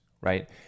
right